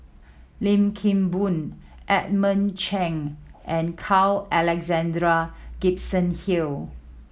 Lim Kim Boon Edmund Cheng and Carl Alexander Gibson Hill